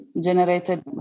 generated